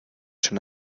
schon